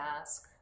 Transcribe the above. ask